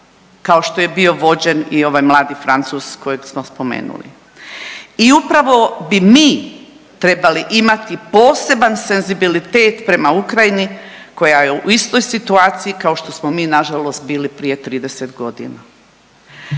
kao što je bio vođen i ovaj mladi Francuz kojeg smo spomenuli. I upravo trebali imati posebni senzibilitet prema Ukrajini koja je u istoj situaciji kao što mi nažalost bili prije 30 godina.